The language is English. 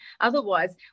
Otherwise